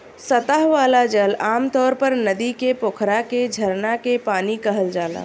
सतह वाला जल आमतौर पर नदी के, पोखरा के, झरना के पानी कहल जाला